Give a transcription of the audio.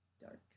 dark